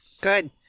Good